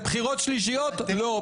בחירות שלישיות לא.